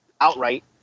outright